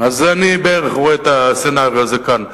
אני רואה בערך את הסצנריו הזה כאן.